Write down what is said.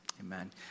Amen